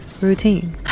routine